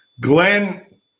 Glenn